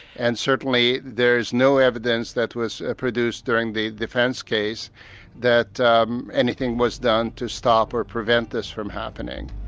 and certainly there is no evidence that was produced during the defence case that anything was done to stop or prevent this from happening.